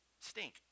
stink